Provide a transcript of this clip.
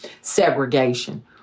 segregation